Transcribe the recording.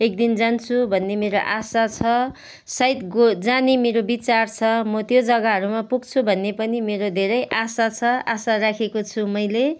एकदिन जान्छु भन्ने मेरो आशा छ सायद गो जाने मेरो विचार छ मो त्यो जग्गाहरूमा पुग्छु भन्ने पनि मेरो धेरै आशा छ आशा राखेको छु मैले